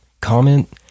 comment